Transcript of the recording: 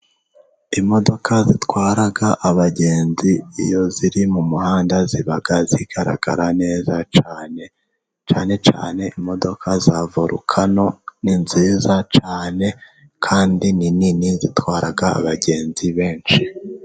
Imodoka zitwara abagenzi iyo ziri mu muhanda ziba zigaragara neza cyane. Cyane cyane imodoka za volukano ni nziza cyane, kandi ni nini. Zitwara abagenzi benshi.